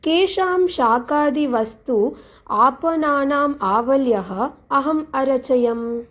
केषां शाकादिवस्तु॒ आपणानाम् आवल्यः अहम् अरचयम्